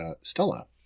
Stella